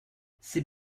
c’est